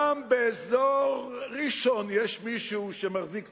גם באזור ראשון יש מישהו שמחזיק קצת,